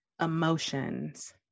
emotions